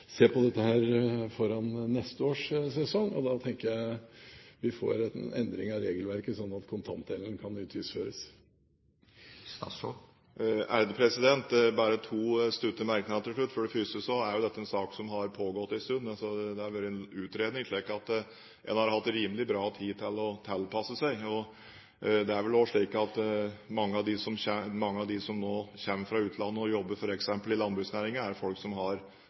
på dette foran neste års sesong, og da tenker jeg at vi får en endring av regelverket, slik at kontantdelen kan utgiftsføres. Bare to korte merknader til slutt. For det første er jo dette en sak som har pågått en stund. Det har vært en utredning, slik at en har hatt rimelig bra tid til å tilpasse seg. Det er vel også slik at mange av dem som nå kommer fra utlandet og jobber f.eks. i landbruksnæringen, er folk